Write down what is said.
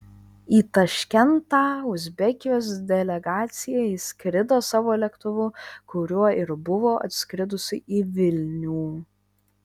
į taškentą uzbekijos delegacija išskrido savo lėktuvu kuriuo ir buvo atskridusi į vilnių